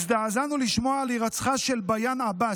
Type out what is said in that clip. הזדעזענו לשמוע על הירצחה של ביאן עבאס.